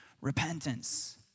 repentance